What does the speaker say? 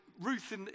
Ruth